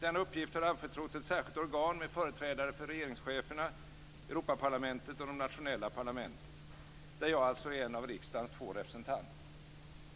Denna uppgift har anförtrotts ett särskilt organ med företrädare för regeringscheferna, Europaparlamentet och de nationella parlamenten, där jag alltså är en av riksdagens två representanter.